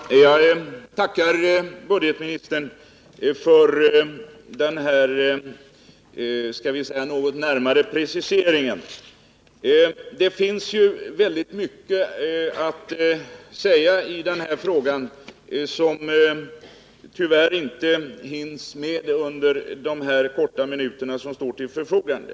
Herr talman! Jag tackar budgetoch ekonomiministern för denna något närmare precisering. Det finns mycket att säga i denna fråga, som tyvärr inte kan hinnas med under de få minuter som nu står till förfogande.